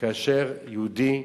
תודה רבה, אדוני.